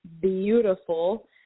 beautiful